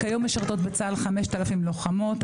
כיום משרתות בצה"ל 5,000 לוחמות.